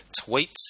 tweets